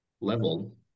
level